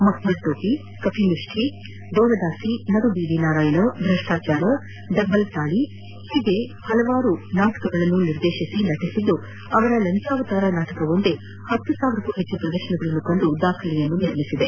ಮಕ್ಮಲ್ Topi Kapimushti Devadasi Nadubeedi Narayana Bhrashtachara double Tali ಹೀಗೆ ಹಲವಾರು ಹಲವಾರು ನಾಟಕಗಳನ್ನು ನಿರ್ದೇಶಿಸಿ ನಟಿಸಿದ್ದು ಅವರ ಲಂಚಾವತಾರ ನಾಟಕವೊಂದೇ ಹತ್ತು ಸಾವಿರಕ್ಕೂ ಹೆಚ್ಚು ಪ್ರದರ್ಶನಗಳನ್ನು ಕಂಡು ದಾಖಲೆಯನ್ನು ನಿರ್ಮಿಸಿದೆ